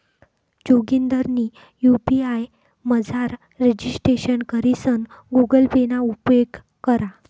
जोगिंदरनी यु.पी.आय मझार रजिस्ट्रेशन करीसन गुगल पे ना उपेग करा